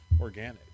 Organic